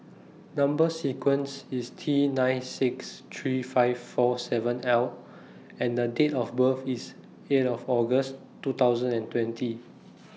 Number sequence IS T nine six three five four seven L and The Date of birth IS eight of August two thousand and twenty